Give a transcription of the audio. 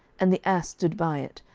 and the ass stood by it,